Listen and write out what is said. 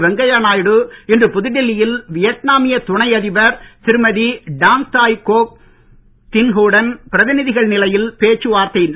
வெங்கையா நாயுடு இன்று புதுடெல்லியில் வியட்நாமிய துணை அதிபர் திருமதி டாங் தாய் கோக் தின்ஹ் வுடன் பிரதிநிதிகள் நிலையில் பேச்சுவார்த்தை நடத்தினார்